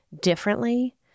differently